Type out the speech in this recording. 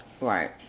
right